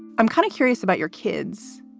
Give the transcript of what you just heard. i'm kind of curious about your kids.